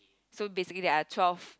so basically there are twelve